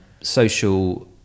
social